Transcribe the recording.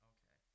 Okay